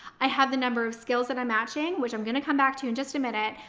i have the number of skills that i'm matching, which i'm going to come back to in just a minute.